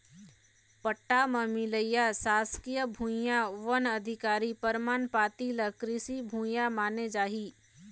पट्टा म मिलइया सासकीय भुइयां, वन अधिकार परमान पाती ल कृषि भूइया माने जाही